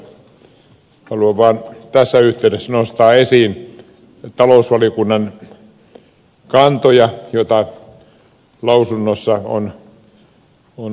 haluan vaan tässä yhteydessä nostaa esiin talousvaliokunnan kantoja joita lausunnossa on otettu